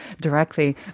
directly